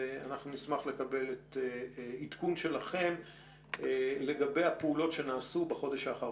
נשמח לקבל עדכון שלכם לגבי הפעולות שנעשו בחודש האחרון.